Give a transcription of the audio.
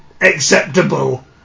acceptable